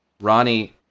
Ronnie